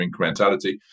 incrementality